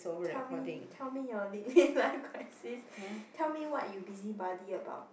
tell me tell me your lit mid life crisis tell me what you busybody about